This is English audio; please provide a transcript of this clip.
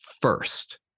first